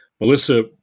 Melissa